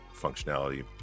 functionality